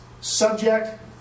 subject